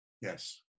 yes